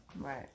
Right